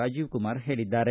ರಾಜೀವಕುಮಾರ ಹೇಳಿದ್ದಾರೆ